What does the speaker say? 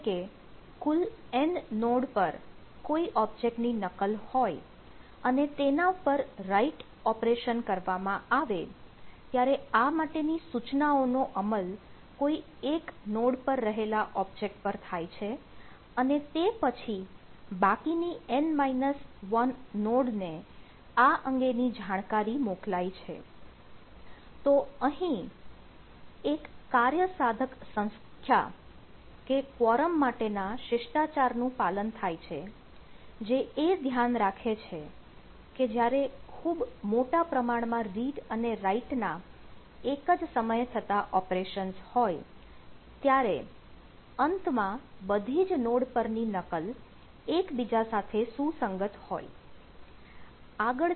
એટલે કે કુલ N નોડ પર કોઈ ઓબ્જેક્ટ ની નકલ હોય અને તેના પર રાઈટ માટે ના શિષ્ટાચાર નું પાલન થાય છે જે એ ધ્યાન રાખે છે કે જ્યારે ખૂબ મોટા પ્રમાણમાં રીડ અને રાઈટના એક જ સમયે થતાં ઓપરેશન્સ હોય ત્યારે અંતમાં બધી જ નોડ પરની નકલ એકબીજા સાથે સુસંગત હોય